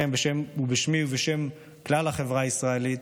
בשמי ובשם כלל החברה הישראלית,